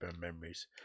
memories